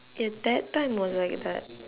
ya that time was like that